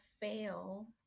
fail